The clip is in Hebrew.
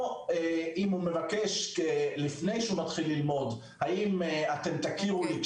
או אם הוא מבקש לפני שהוא מתחיל ללמוד לדעת האם יכירו לו בתעודה